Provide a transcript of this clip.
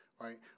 Right